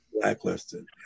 Blacklisted